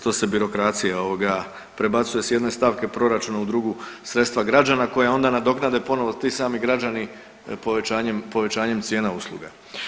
To se birokracija prebacuje s jedne stavke proračuna u drugu sredstva građana koja onda nadoknade ponovo ti sami građani povećanjem cijena usluga.